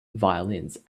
violins